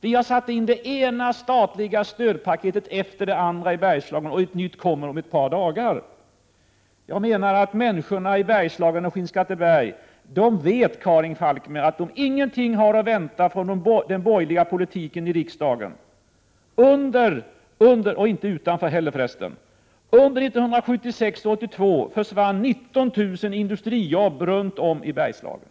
Vi har satt in det ena statliga stödpaketet efter det andra i Bergslagen, och ett nytt kommer om ett par dagar. Människorna i Skinnskatteberg och i Bergslagen vet, Karin Falkmer, att de ingenting har att vänta från de borgerliga i riksdagen, och inte utanför heller. Mellan 1976 och 1982 försvann 19 000 industriarbeten runt om i Bergslagen.